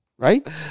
Right